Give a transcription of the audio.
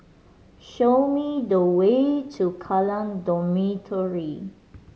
show me the way to Kallang Dormitory